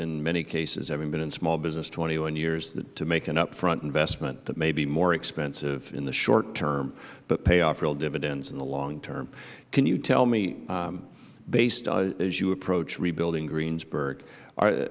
in many cases having been in small business twenty one years to make an up front investment that may be more expensive in the short term but pay off real dividends in the long term can you tell me as you approach rebuilding greensburg